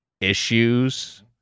issues